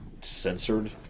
censored